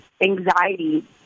anxiety